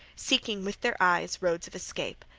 seeking with their eyes roads of escape.